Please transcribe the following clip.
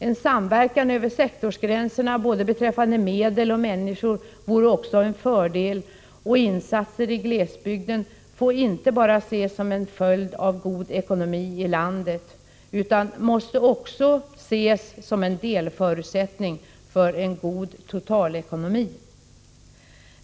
En samverkan över sektorsgränserna både beträffande medel och människor vore också en fördel, och insatser i glesbygden får inte bara ses som en följd av god ekonomi i landet utan måste också ses som en delförutsättning för en god totalekonomi.